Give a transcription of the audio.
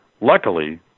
Luckily